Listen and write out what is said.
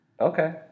Okay